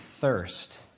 thirst